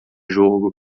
jogo